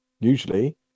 usually